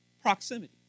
Proximity